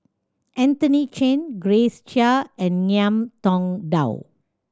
Anthony Chen Grace Chia and Ngiam Tong Dow